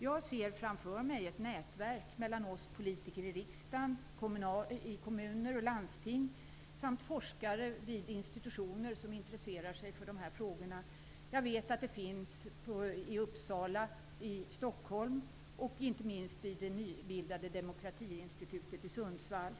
Jag ser framför mig ett nätverk mellan politiker i riksdagen, kommuner och landsting samt forskare vid institutioner som intresserar sig för dessa frågor. Jag vet att sådana finns i Uppsala, Stockholm och inte minst vid det nybildade demokratiinstitutet i Sundsvall.